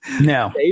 now